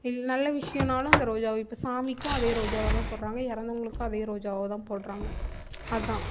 இல் நல்ல விஷயோனாலும் இந்த ரோஜாவை இப்போ சாமிக்கும் அதே ரோஜாவை தான் போடுறாங்க இறந்தவுங்களுக்கும் அதே ரோஜாவை தான் போடுறாங்க அதான்